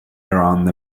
around